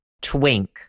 Twink